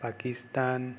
eastern